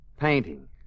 Painting